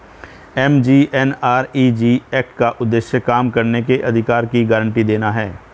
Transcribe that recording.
MGNREG act का उद्देश्य काम करने के अधिकार की गारंटी देना है